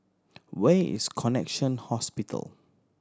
where is Connexion Hospital